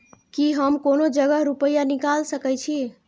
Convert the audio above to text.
की हम कोनो जगह रूपया निकाल सके छी?